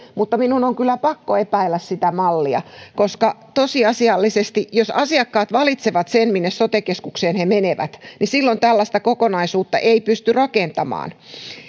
mutta minun on kyllä pakko epäillä sitä mallia koska tosiasiallisesti jos asiakkaat valitsevat minne sote keskukseen he menevät silloin tällaista kokonaisuutta ei pysty rakentamaan